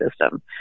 system